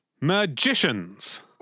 Magicians